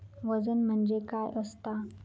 वजन म्हणजे काय असता?